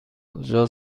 کجا